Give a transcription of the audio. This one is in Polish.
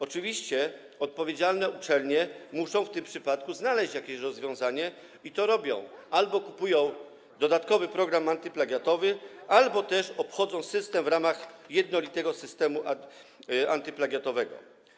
Oczywiście odpowiedzialne uczelnie muszą w tym przypadku znaleźć jakieś rozwiązanie, i to robią: albo kupują dodatkowy program antyplagiatowy, albo też obchodzą system w ramach jednolitego systemu antyplagiatowego.